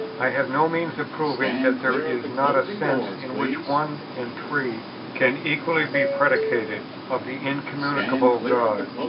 i have no means of proving that there is not a sense in which one and three can equally be predicated of the incommunicable god.